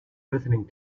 listening